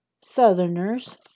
Southerners